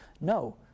No